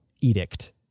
Edict